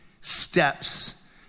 steps